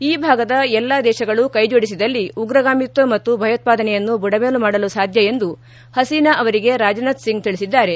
ಈ ಭಾಗದ ಎಲ್ಲ ದೇಶಗಳು ಕೈಜೋಡಿಸಿದಲ್ಲಿ ಉಗ್ರಗಾಮಿತ್ವ ಮತ್ತು ಭಯೋತ್ವಾದನೆಯನ್ನು ಬುಡಮೇಲು ಮಾಡಲು ಸಾಧ್ಯ ಎಂದು ಹಸೀನಾ ಅವರಿಗೆ ರಾಜನಾಥ್ ಸಿಂಗ್ ತಿಳಿಸಿದ್ದಾರೆ